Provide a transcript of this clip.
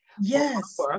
yes